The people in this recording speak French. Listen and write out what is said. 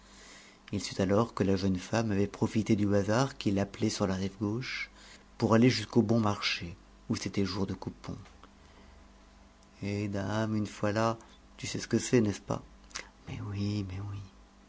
il sut alors que la jeune femme avait profité du hasard qui l'appelait sur la rive gauche pour aller jusqu'au bon marché où c'était jour de coupons et dame une fois là tu sais ce que c'est n'est-ce pas mais oui mais oui